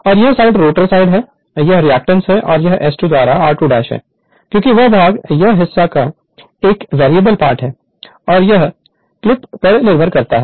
और यह side rotor side है यह रिएक्टेंस है और यह s2 द्वारा r2 है क्योंकि वह भाग यह हिस्सा एक वेरिएबल पार्ट है जो यह क्लिप पर निर्भर करता है